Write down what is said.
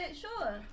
sure